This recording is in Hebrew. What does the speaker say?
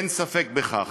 אין ספק בכך.